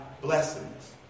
blessings